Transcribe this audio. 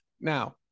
Now